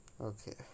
Okay